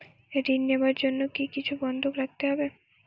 ঋণ নেওয়ার জন্য কি কিছু বন্ধক রাখতে হবে?